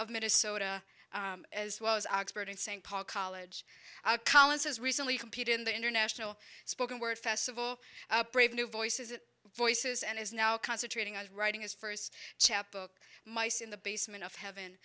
of minnesota as well as oxford st paul college collins has recently compete in the international spoken word festival brave new voices voices and is now concentrating i was writing his first chapbook mice in the basement of heaven